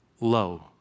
low